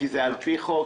כי זה על פי חוק,